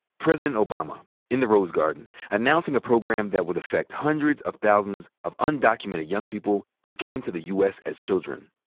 president obama in the rose garden announcing a program that would affect hundreds of thousands of undocumented young people who came to the u. s. as children.